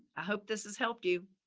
i hope this has helped you.